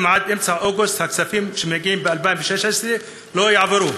אם עד אמצע אוגוסט הכספים שמגיעים ב-2016 לא יועברו,